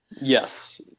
Yes